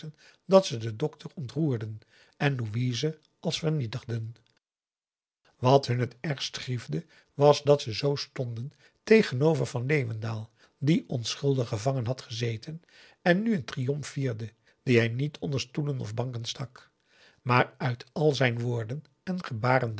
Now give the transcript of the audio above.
dat ze den dokter ontroerden en louise als vernietigden wat hun t ergst griefde was dat ze z stonden tegenover van leeuwendaal die onschuldig gevangen had gezeten en nu een triomf vierde die hij niet onder stoelen of banken stak maar uit al zijn woorden en gebaren